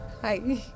Hi